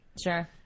Sure